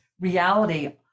reality